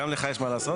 גם לך יש מה לעשות.